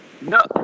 No